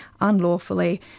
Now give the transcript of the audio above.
unlawfully